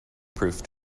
proof